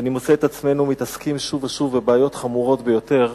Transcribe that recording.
ואני מוצא את עצמנו מתעסקים שוב ושוב בבעיות חמורות ביותר,